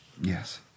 Yes